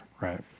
Right